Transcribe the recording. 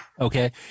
Okay